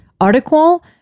article